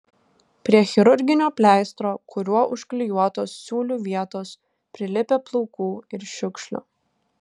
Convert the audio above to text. prie chirurginio pleistro kuriuo užklijuotos siūlių vietos prilipę plaukų ir šiukšlių